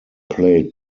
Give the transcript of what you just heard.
played